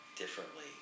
differently